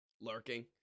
Lurking